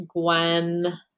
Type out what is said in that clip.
Gwen